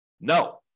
No